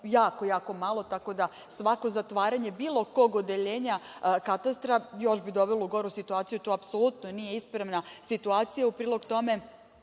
jako, jako malo, tako da svako zatvaranje bilo kog odeljenja Katastra još bi dovelo u goru situaciju. Tu apsolutno nije ispravna situacija. U prilog tome